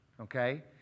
Okay